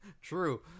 true